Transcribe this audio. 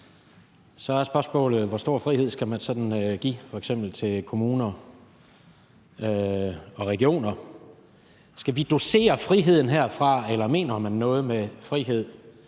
Så er spørgsmålet, hvor stor frihed man f.eks. skal give til kommunerne og regionerne. Skal vi dosere friheden herfra, eller mener man noget med frihed?